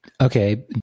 Okay